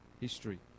history